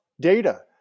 data